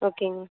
ஓகேங்க